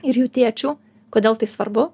ir jų tėčių kodėl tai svarbu